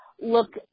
look